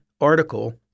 article